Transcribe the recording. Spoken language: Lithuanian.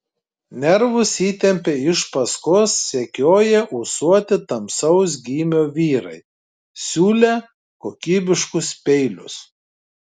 nervus įtempė iš paskos sekioję ūsuoti tamsaus gymio vyrai siūlę kokybiškus peilius